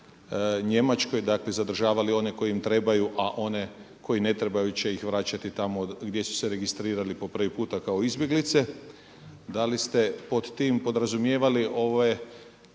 Njemačkoj dakle zadržavali one koji im trebaju, a one koje ne trebaju će ih vraćati gdje su se registrirali po prvi puta kao izbjeglice, da li ste pod tim podrazumijevali svijest